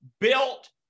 built